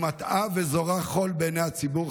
היא מטעה וזורה חול בעיני הציבור,